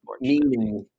Meaning